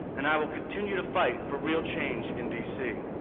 and i will continue to fight for real change in d c.